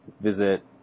visit